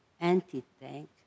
anti-tank